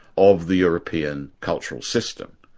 of the european cultural system.